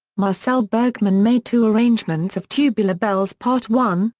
marcel bergmann made two arrangements of tubular bells part one,